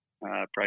price